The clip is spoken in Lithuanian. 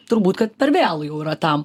turbūt kad per vėlu jau yra tam